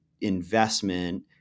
investment